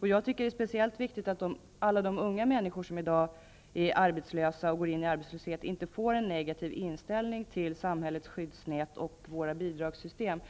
Jag tycker att det är speciellt viktigt att alla de unga människor som i dag är arbetslösa eller som går in i arbetslöshet inte får en negativ inställning till samhällets skyddsnät och bidragssystem.